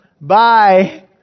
Bye